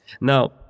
Now